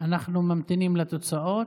אנחנו ממתינים לתוצאות.